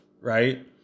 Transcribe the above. right